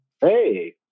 Hey